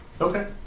Okay